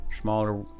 smaller